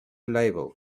label